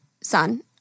son